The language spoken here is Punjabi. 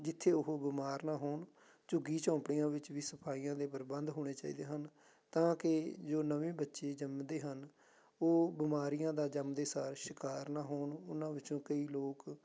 ਜਿੱਥੇ ਉਹ ਬਿਮਾਰ ਨਾ ਹੋਣ ਝੁੱਗੀ ਝੌਪੜੀਆਂ ਵਿੱਚ ਵੀ ਸਫਾਈਆਂ ਦੇ ਪ੍ਰਬੰਧ ਹੋਣੇ ਚਾਹੀਦੇ ਤਾਂ ਕਿ ਜੋ ਨਵੇਂ ਬੱਚੇ ਜੰਮਦੇ ਹਨ ਉਹ ਬਿਮਾਰੀਆਂ ਦਾ ਜੰਮਦੇ ਸਾਰ ਸ਼ਿਕਾਰ ਨਾ ਹੋਣ ਉਹਨਾਂ ਵਿੱਚੋਂ ਕਈ ਲੋਕ